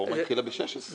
הרפורמה התחילה ב-2016.